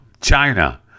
china